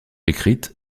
écrites